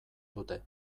dute